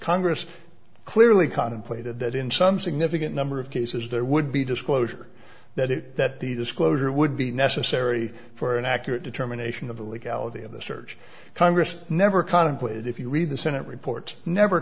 congress clearly contemplated that in some significant number of cases there would be disclosure that it that the disclosure would be necessary for an accurate determination of the legality of the search congress never contemplated if you read the senate report never